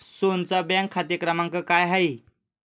सोहनचा बँक खाते क्रमांक काय आहे?